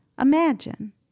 Imagine